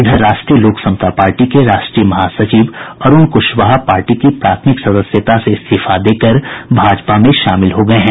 इधर राष्ट्रीय लोक समता पार्टी के राष्ट्रीय महासचिव अरूण कुशवाहा पार्टी की प्राथमिक सदस्यता से इस्तीफा देकर भाजपा में शामिल हो गये हैं